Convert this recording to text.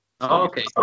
Okay